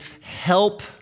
Help